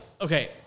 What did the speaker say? okay